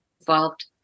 involved